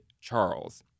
Charles